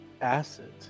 acid